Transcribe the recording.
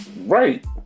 Right